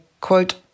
quote